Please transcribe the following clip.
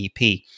EP